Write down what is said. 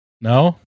No